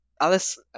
Alice